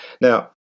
Now